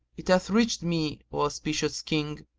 it hath reached me, o auspicious king,